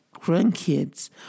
grandkids